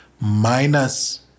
minus